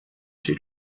two